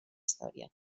història